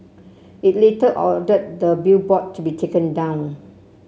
it later ordered the billboard to be taken down